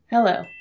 Hello